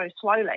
slowly